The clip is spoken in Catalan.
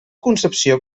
concepció